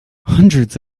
hundreds